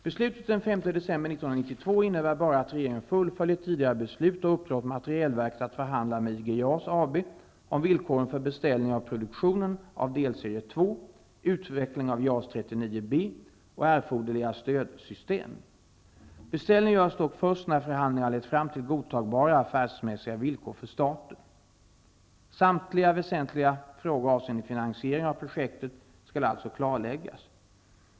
Beslutet den 5 december 1992 innebär bara att regeringen fullföljer tidigare beslut och uppdrar åt materielverket att förhandla med IG JAS AB om villkoren för beställning av produktion av delserie 2, utveckling av JAS 39B och erforderliga stödsystem. Beställningen görs dock först när förhandlingar har lett fram till godtagbara affärsmässiga villkor för staten. Samtliga väsentliga frågor avseende finansiering av projektet skall alltså klarläggas.